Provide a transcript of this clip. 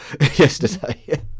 yesterday